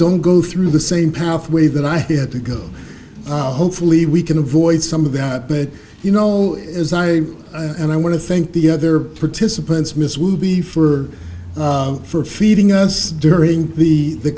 don't go through the same path way that i had to go i'll hopefully we can avoid some of that but you know as i and i want to thank the other participants miss would be for for feeding us during the